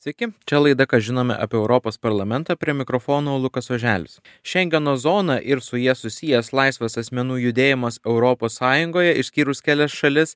sveiki čia laida ką žinome apie europos parlamentą prie mikrofono lukas oželis šengeno zona ir su ja susijęs laisvas asmenų judėjimas europos sąjungoje išskyrus kelias šalis